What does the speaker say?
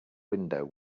window